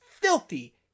filthy